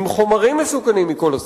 עם חומרים מסוכנים מכל הסוגים.